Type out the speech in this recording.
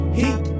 heat